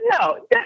no